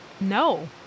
No